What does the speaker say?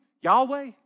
Yahweh